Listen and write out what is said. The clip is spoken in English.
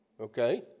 okay